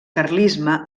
carlisme